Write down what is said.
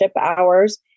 hours